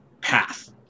path